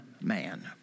man